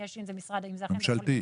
אם זה משרד ממשלתי,